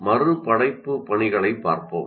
மறு படைப்பு பணிகளைப் பார்ப்போம்